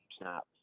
snap